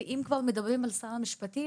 אם כבר מדברים על שר המשפטים,